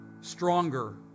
stronger